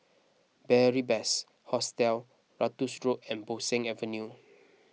Beary Best Hostel Ratus Road and Bo Seng Avenue